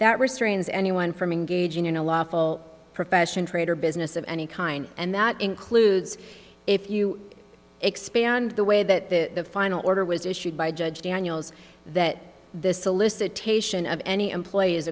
that restrains anyone from engaging in a lawful profession trade or business of any kind and that includes if you expand the way that the final order was issued by judge daniels that the solicitation of any employee